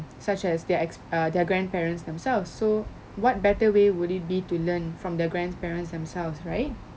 such as their ex~ err their grandparents themselves so what better way would it be to learn from their grandparents themselves right